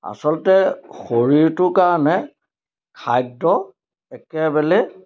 আচলতে শৰীৰটোৰ কাৰণে খাদ্য একেবাৰে